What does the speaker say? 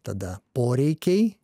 tada poreikiai